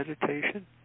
meditation